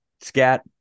scat